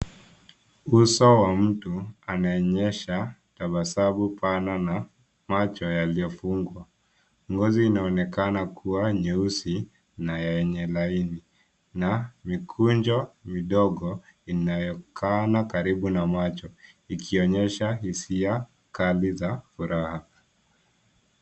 Uso wa mtu anaonyesha tabasamu pana na macho yaliyofungwa. Ngozi inaonekana kuwa nyeusi na yenye laini na mikunjo midogo inayokaa karibu na macho ikionyesha hisia kali za furaha.